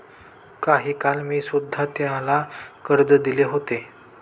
काही काळ मी सुध्धा त्याला कर्ज दिले होते